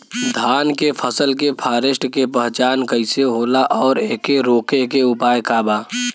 धान के फसल के फारेस्ट के पहचान कइसे होला और एके रोके के उपाय का बा?